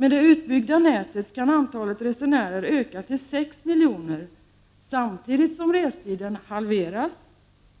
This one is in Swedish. Med det utbyggda nätet kan antalet resenärer öka till 6 miljoner samtidigt som restiden halveras,